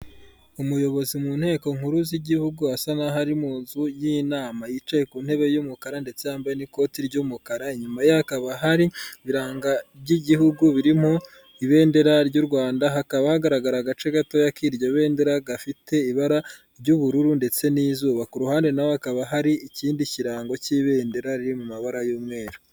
Umuyobozi mu nteko nkuru z'igihugu asa n'aho ari mu nzu y'inama, yicaye ku ntebe y'umukara ndetse n'ikoti ry'umukara, inyuma ye hakaba hari ibiranga by'igihugu birimo ibendera ry'u Rwanda, hakaba hagaragara agace gato k'iryo bendera gafite ibara ry'ubururu ndetse n'izuba, ku ruhande na ho hakaba hari ikindi kirango k'ibendera riri mu mabara y'umweru.